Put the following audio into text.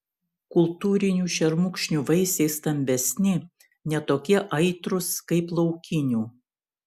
kultūrinių šermukšnių vaisiai stambesni ne tokie aitrūs kaip laukinių